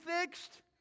fixed